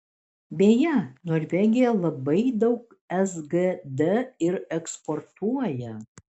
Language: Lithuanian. beje norvegija labai daug sgd ir eksportuoja